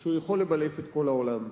שהוא יכול לבלף את כל העולם?